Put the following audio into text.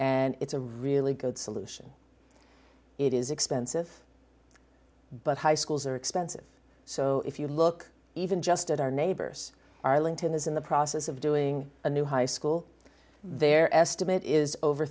and it's a really good solution it is expensive but high schools are expensive so if you look even just at our neighbors arlington is in the process of doing a new high school their estimate is over